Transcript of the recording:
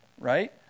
right